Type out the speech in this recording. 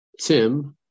Tim